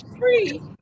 free